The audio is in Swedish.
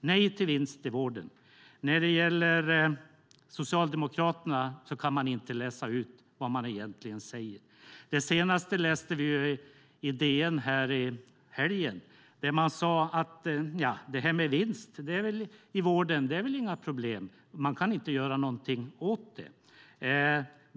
nej till vinst i vården. När det gäller Socialdemokraterna kan man inte läsa ut vad de egentligen säger. Det senaste läste vi i DN i helgen där man sade att det här med vinst i vården är väl inga problem. Man kan inte göra någonting åt det.